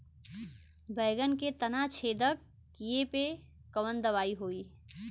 बैगन के तना छेदक कियेपे कवन दवाई होई?